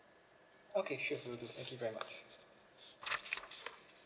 okay sure will do thank you very much